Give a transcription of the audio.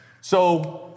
So-